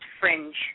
fringe